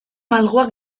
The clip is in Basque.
malguak